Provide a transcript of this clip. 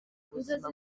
ubuzima